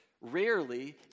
rarely